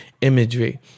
imagery